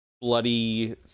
bloody